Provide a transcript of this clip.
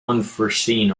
unforeseen